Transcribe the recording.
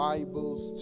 Bibles